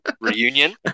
reunion